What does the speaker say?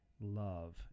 love